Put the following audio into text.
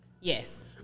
Yes